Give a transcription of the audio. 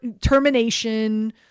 termination